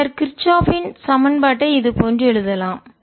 பின்னர் கிர்ச்சாப்பின் சமன்பாட்டை இது போன்று எழுதலாம்